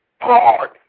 Hard